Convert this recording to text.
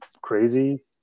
crazy